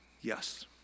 yes